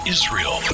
Israel